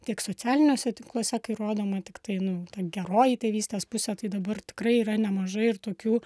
tiek socialiniuose tinkluose kai rodoma tiktai nu ta geroji tėvystės pusė tai dabar tikrai yra nemažai ir tokių